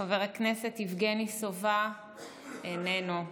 חבר הכנסת יבגני סובה, איננו.